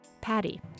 Patty